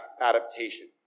adaptation